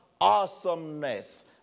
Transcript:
awesomeness